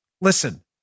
listen